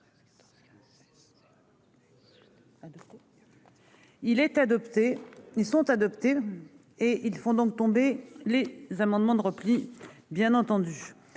Il est adopté. Ils sont adoptés et ils font donc tomber les amendements de repli. Bien entendu